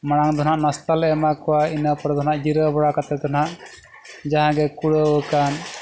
ᱢᱟᱲᱟᱝ ᱫᱚ ᱱᱟᱜ ᱱᱟᱥᱛᱟᱞᱮ ᱮᱢᱟ ᱠᱚᱣᱟ ᱤᱱᱟᱹ ᱯᱚᱨᱮ ᱫᱚ ᱱᱟᱜ ᱡᱤᱨᱟᱹᱣ ᱵᱟᱲᱟ ᱠᱟᱛᱮᱫ ᱫᱚ ᱱᱟᱜ ᱡᱟᱦᱟᱸ ᱜᱮ ᱠᱩᱲᱟᱹᱣ ᱟᱠᱟᱱ